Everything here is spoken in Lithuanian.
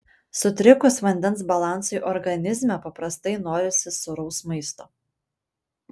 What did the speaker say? sutrikus vandens balansui organizme paprastai norisi sūraus maisto